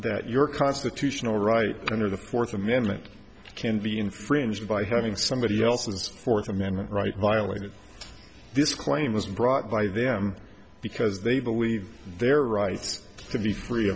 that your constitutional right under the fourth amendment can be infringed by having somebody else's fourth amendment rights violated this claim was brought by them because they believe their rights to be free